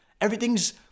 Everything's